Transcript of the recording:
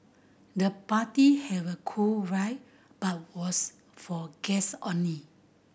the party have a cool vibe but was for guest only